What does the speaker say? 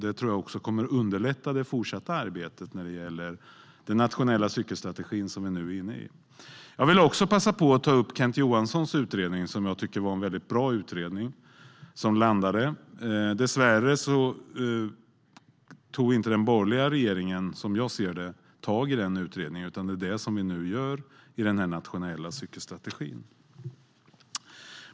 Det kommer att underlätta det fortsatta arbetet med den nationella cykelstrategin som vi nu är inne i. Jag vill också passa på att ta upp Kent Johanssons utredning, som jag tyckte var en väldigt bra utredning när den landade. Dessvärre tog som jag ser det inte den borgerliga regeringen tag i den utredningen. Det är vad vi nu gör i den nationella cykelstrategin.